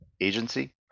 agency